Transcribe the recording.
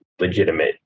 legitimate